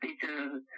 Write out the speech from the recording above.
Peter